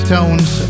Tones